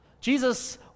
Jesus